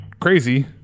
crazy